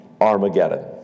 Armageddon